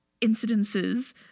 Incidences